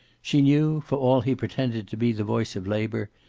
she knew, for all he pretended to be the voice of labor,